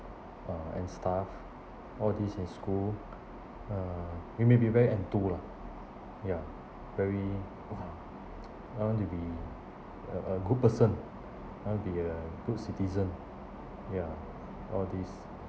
uh and stuff all these in school uh it maybe very enthu lah ya very um I want to be a a good person I want be a good citizen ya all these